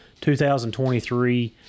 2023